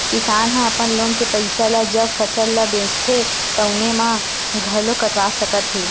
किसान ह अपन लोन के पइसा ल जब फसल ल बेचथे तउने म घलो कटवा सकत हे